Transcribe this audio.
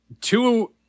Two